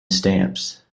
stamps